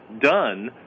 done